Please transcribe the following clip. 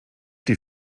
die